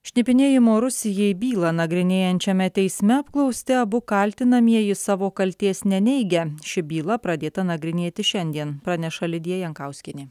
šnipinėjimo rusijai bylą nagrinėjančiame teisme apklausti abu kaltinamieji savo kaltės neneigia ši byla pradėta nagrinėti šiandien praneša lidija jankauskienė